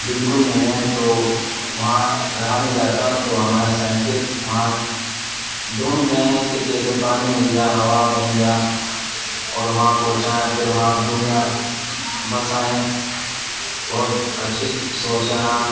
بالکل نہیں ہے تو وہاں رہا نہیں جاتا تو ہمارے سائنٹسٹ وہاں ڈھونڈ رہے ہیں کہ کیسے پانی مل جائے ہوا بن جا اور وہاں پہونچائیں پھر وہاں دنیا بسائیں بہت اچھی سوچ ہے ہاں